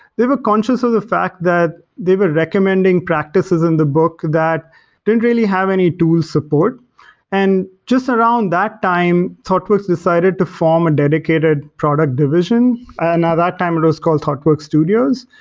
they were conscious of the fact that they were recommending practices in the book that didn't really have any tool support and just around that time, thoughtworks decided to form a dedicated product division. at and that time, it was called thoughtworks studios.